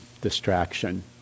distraction